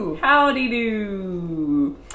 Howdy-do